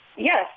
Yes